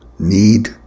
Need